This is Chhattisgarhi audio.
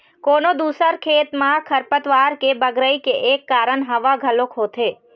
कोनो दूसर खेत म खरपतवार के बगरई के एक कारन हवा घलोक होथे